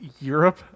Europe